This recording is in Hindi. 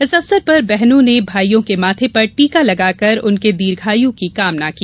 इस अवसर बहनों ने भाइयों के माथे पर टीका लगाकर उनके दीर्घायू की कामना की